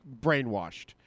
brainwashed